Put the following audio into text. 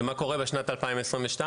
ומה קורה בשנת 2022?